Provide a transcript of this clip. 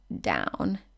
down